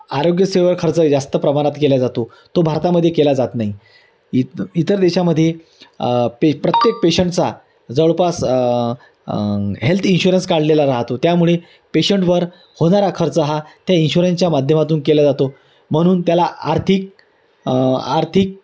आरोग्यसेवावर खर्च जास्त प्रमाणात केला जातो तो भारतामध्ये केला जात नाही इत इतर देशामध्ये पे प्रत्येक पेशंटचा जवळपास हेल्थ इन्शुरन्स काढलेला राहतो त्यामुळे पेशंटवर होणारा खर्च हा त्या इन्श्युरन्सच्या माध्यमातून केला जातो म्हणून त्याला आर्थिक आर्थिक